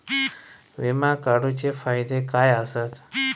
विमा काढूचे फायदे काय आसत?